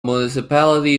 municipality